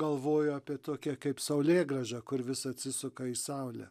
galvoju apie tokią kaip saulėgrąžą kur vis atsisuka į saulę